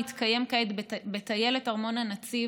המתקיים כעת בטיילת ארמון הנציב,